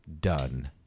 done